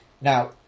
Now